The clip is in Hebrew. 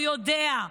הוא יודע,